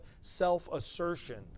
self-assertion